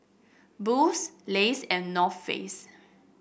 Boost Lays and North Face